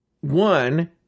One